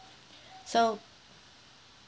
so